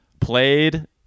played